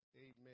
amen